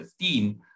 15